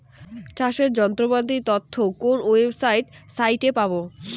চাষের যন্ত্রপাতির তথ্য কোন ওয়েবসাইট সাইটে পাব?